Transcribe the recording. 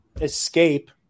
escape